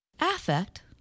Affect